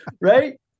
Right